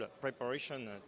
preparation